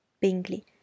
Bingley